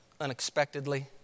unexpectedly